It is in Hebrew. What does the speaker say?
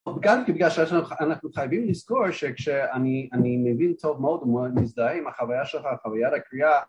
גם בגלל שאנחנו חייבים לזכור שכשאני מבין טוב מאוד ומזדהה עם החוויה שלך, חווית הקריאה